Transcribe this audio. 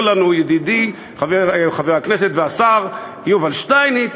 לנו ידידי חבר הכנסת והשר יובל שטייניץ,